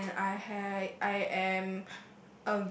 and I have I am